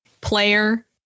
player